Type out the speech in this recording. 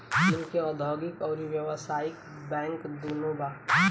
चीन के औधोगिक अउरी व्यावसायिक बैंक दुनो बा